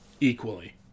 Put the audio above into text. equally